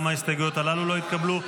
גם ההסתייגויות הללו לא התקבלו.